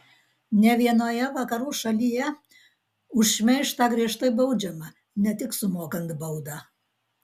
ne vienoje vakarų šalyje už šmeižtą griežtai baudžiama ne tik sumokant baudą